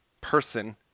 person